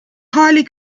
highly